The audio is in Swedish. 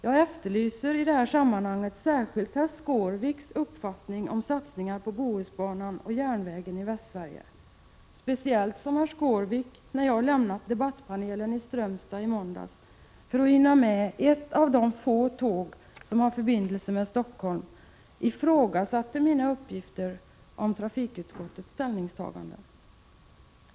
Jag efterlyser i det här sammanhanget särskilt herr Skårviks uppfattning om satsningar på Bohusbanan och järnvägen i Västsverige, speciellt som herr Skårvik, när jag lämnat debattpanelen i Strömstad för att hinna med ett av de få tåg som har förbindelse med Stockholm, ifrågasatte mina uppgifter om trafikutskottets ställningstaganden.